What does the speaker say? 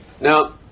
Now